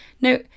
Now